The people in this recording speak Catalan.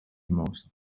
most